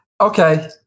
okay